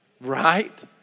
Right